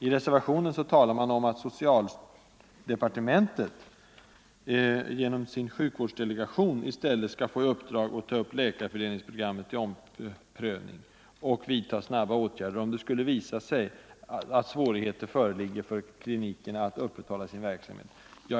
I reservationen heter det att socialdepartementet genom sin sjukvårdsdelegation i stället skall ”få i uppdrag att ta upp läkarfördelningsprogrammet till omprövning och att vidta snabba åtgärder, om det skulle visa sig att svårighet föreligger för klinikerna att upprätthålla sin verksamhet”.